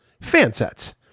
Fansets